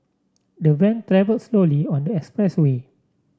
the van travel slowly on the expressway